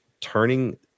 turning